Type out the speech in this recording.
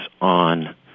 on